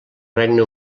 regne